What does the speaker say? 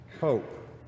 hope